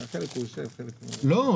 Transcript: לא.